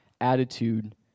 attitude